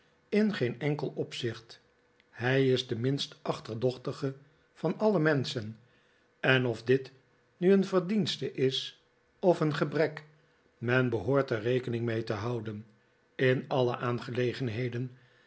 in geen enkel opzicht hij is de minst achterdochtige van alle menschen en of dit nu een verdienste is of een gebrek men behoort er rekehing mee te houden in alle aangelegenheden